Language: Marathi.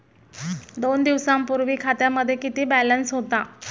दोन दिवसांपूर्वी खात्यामध्ये किती बॅलन्स होता?